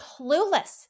clueless